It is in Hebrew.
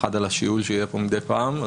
האחד על השיעול שיהיה פה מדי פעם,